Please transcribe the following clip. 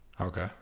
okay